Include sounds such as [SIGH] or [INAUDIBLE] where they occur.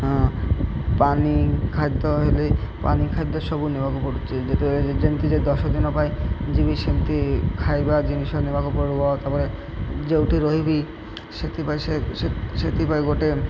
ପାଣି ଖାଦ୍ୟ ହେଲେ ପାଣି ଖାଦ୍ୟ ସବୁ ନେବାକୁ ପଡ଼ୁଛି [UNINTELLIGIBLE] ଯେମିତି ଯେ ଦଶଦିନ ପାଇଁ ଯିବି ସେମିତି ଖାଇବା ଜିନିଷ ନେବାକୁ ପଡ଼ିବ ତା'ପରେ ଯେଉଁଠି ରହିବି ସେଥିପାଇଁ ସେଥିପାଇଁ ଗୋଟେ